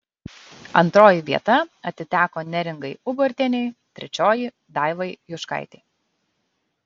antroji vieta atiteko neringai ubartienei trečioji daivai juškaitei